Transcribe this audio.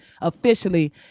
officially